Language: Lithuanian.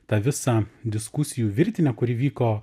tą visą diskusijų virtinę kuri vyko